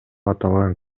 аталган